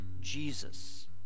Jesus